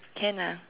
can ah